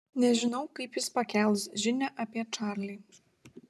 nežinau kaip jis pakels žinią apie čarlį